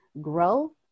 grow